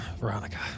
Veronica